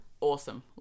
Awesome